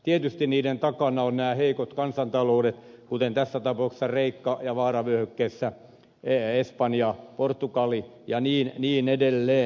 tietysti niiden takana ovat nämä heikot kansantaloudet kuten tässä tapauksessa kreikka ja vaaravyöhykkeessä espanja portugali ja niin edelleen